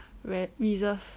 where reserved